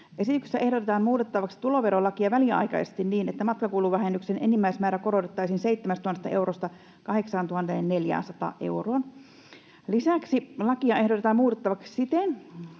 ”Esityksessä ehdotetaan muutettavaksi tuloverolakia väliaikaisesti niin, että matkakuluvähennyksen enimmäismäärä korotettaisiin 7 000 eurosta 8 400 euroon. Lisäksi lakia ehdotetaan muutettavaksi siten,